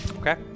Okay